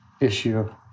issue